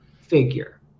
figure